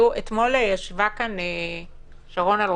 אתמול ישבה כאן ד"ר